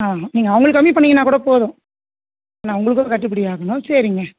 ஆமாம் நீங்கள் அவங்களுக்கு கம்மி பண்ணீங்கன்னா கூட போதும் ஏன்னா உங்களுக்கும் கட்டுப்படி ஆகணும் சரிங்க